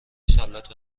سالاد